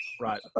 Right